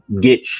get